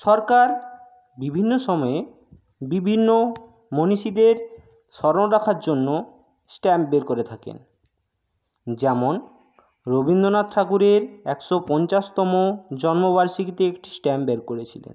সরকার বিভিন্ন সময়ে বিভিন্ন মনীষীদের স্মরণ রাখার জন্য স্ট্যাম্প বের করে থাকেন যেমন রবীন্দ্রনাথ ঠাকুরের একশো পঞ্চাশতম জন্মবার্ষিকীতে একটি স্ট্যাম্প বের করেছিলেন